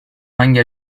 hangi